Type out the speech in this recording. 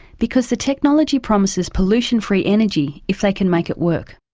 because the technology promises pollution-free energy if they can make it work.